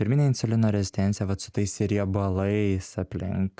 pirmine insulino rezistencija vat su tais riebalais aplink